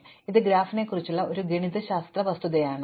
ഇപ്പോൾ ഇത് ഗ്രാഫിനെക്കുറിച്ചുള്ള ഒരു ഗണിതശാസ്ത്ര വസ്തുതയാണ്